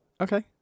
Okay